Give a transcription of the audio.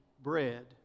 bread